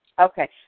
Okay